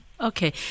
Okay